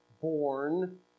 born